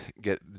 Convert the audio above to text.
get